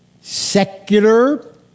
secular